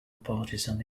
partisan